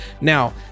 Now